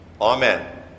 Amen